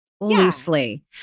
loosely